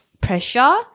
pressure